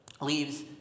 leaves